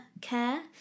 care